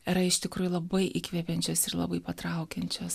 yra iš tikrųjų labai įkvepiančios ir labai patraukiančios